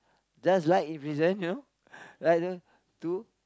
just like in prison you know like to